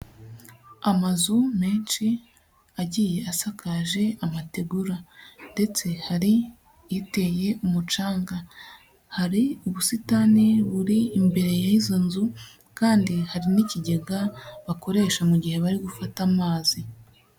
Amazu menshi agiye asakaje amategura ndetse hari iteye umucanga. Hari ubusitani buri imbere y'izo nzu kandi hari n'ikigega bakoresha mu gihe barigufata amazi.